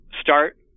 start